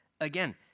Again